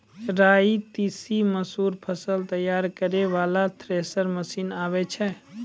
राई तीसी मसूर फसल तैयारी करै वाला थेसर मसीन आबै छै?